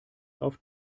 auf